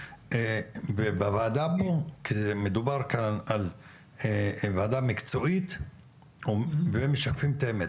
בוועדה פה ומדובר על ועדה מקצועית והם משקפים את האמת.